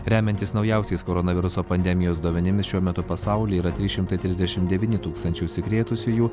remiantis naujausiais koronaviruso pandemijos duomenimis šiuo metu pasaulyje yra trys šimtai trisdešimt devyni tūkstančiai užsikrėtusiųjų